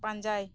ᱯᱟᱸᱡᱟᱭ